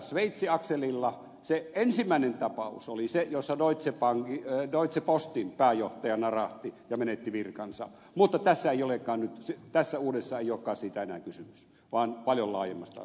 saksasveitsi akselilla se ensimmäinen tapaus oli se jossa deutsche postin pääjohtaja narahti ja menetti virkansa mutta tässä uudessa ei olekaan enää siitä kysymys vaan paljon laajemmassa